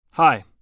Hi